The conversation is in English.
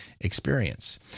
experience